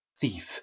thief